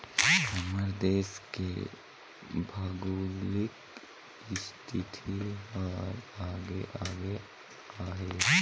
हमर देस के भउगोलिक इस्थिति हर अलगे अलगे अहे